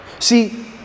See